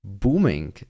Booming